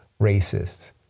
racists